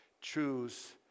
choose